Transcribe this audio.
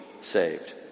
saved